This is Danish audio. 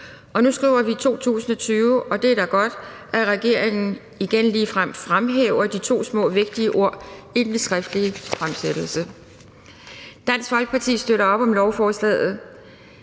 nu skriver vi 2020, og det er da godt, at regeringen igen ligefrem fremhæver de to små vigtige ord i den skriftlige fremsættelse. Dansk Folkeparti støtter op om lovforslaget.